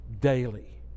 daily